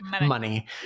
Money